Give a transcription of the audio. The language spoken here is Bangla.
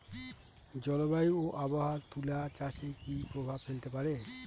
জলবায়ু ও আবহাওয়া তুলা চাষে কি প্রভাব ফেলতে পারে?